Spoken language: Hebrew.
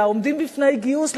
לעומדים בפני גיוס,